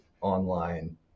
online